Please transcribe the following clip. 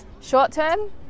short-term